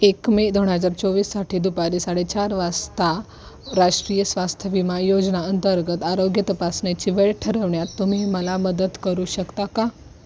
एक मे दोन हजार चोवीससाठी दुपारी साडेचार वाजता राष्ट्रीय स्वास्थ्य विमा योजना अंतर्गत आरोग्य तपासण्याची वेळ ठरवण्यात तुम्ही मला मदत करू शकता का